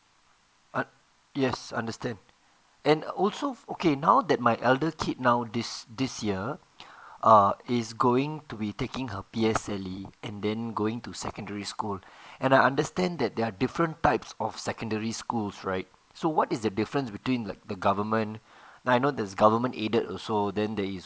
uh yes I understand and also okay now that my elder kid now this this year uh is going to be taking her P_S_L_E and then going to secondary school and I understand that there're different types of secondary schools right so what is the difference between like the government I know there is government aided also then there is